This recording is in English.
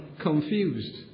confused